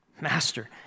Master